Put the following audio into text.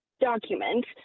document